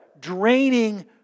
draining